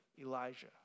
Elijah